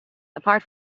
apart